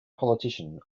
politician